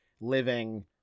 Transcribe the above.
living